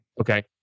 Okay